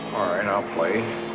and i'll play.